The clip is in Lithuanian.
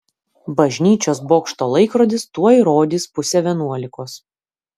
bažnyčios bokšto laikrodis tuoj rodys pusę vienuolikos